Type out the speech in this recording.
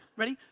ready?